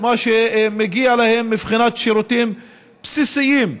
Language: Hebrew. למרות שלא הצביעו בשביל החברים שלי.